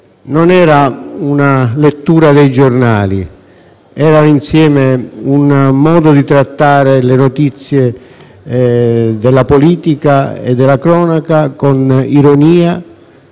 non era una mera lettura dei giornali, ma un modo di trattare le notizie della politica e della cronaca con ironia,